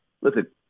Listen